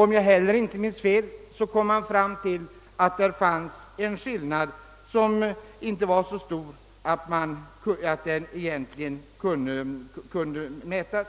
Om jag inte missminner mig kom man fram till att skillnaden : egentligen inte var så stor att den kunde mätas.